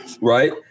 Right